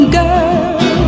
girl